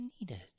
needed